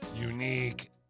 Unique